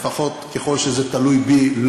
לפחות ככל שזה תלוי בי,